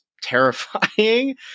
Terrifying